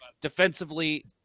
Defensively